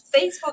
facebook